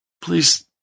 please